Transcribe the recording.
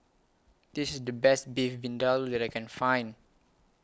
This IS The Best Beef Vindaloo that I Can Find